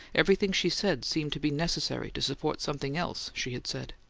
everything she said seemed to be necessary to support something else she had said.